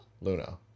Luna